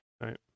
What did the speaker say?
Right